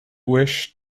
wish